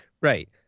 Right